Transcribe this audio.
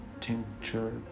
tincture